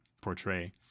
portray